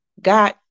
God